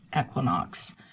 equinox